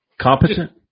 Competent